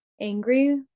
angry